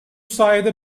sayede